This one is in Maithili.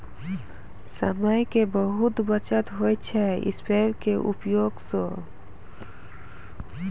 समय के बहुत बचत होय छै स्प्रेयर के उपयोग स